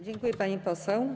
Dziękuję, pani poseł.